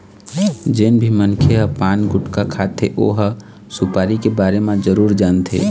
जेन भी मनखे ह पान, गुटका खाथे ओ ह सुपारी के बारे म जरूर जानथे